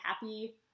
happy